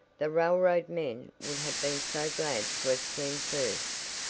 the railroad men would have been so glad to have seen first,